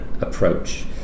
approach